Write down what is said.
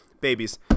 babies